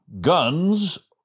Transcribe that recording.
guns